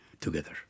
together